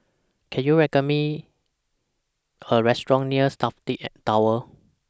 Can YOU Me A Restaurant near Safti At Tower